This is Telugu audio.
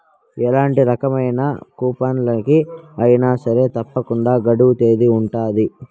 ఎలాంటి రకమైన కూపన్లకి అయినా సరే తప్పకుండా గడువు తేదీ ఉంటది